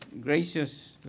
gracious